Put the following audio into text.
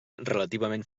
relativament